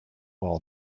all